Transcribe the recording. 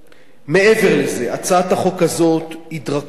מעבר לזה, הצעת החוק הזאת היא דרקונית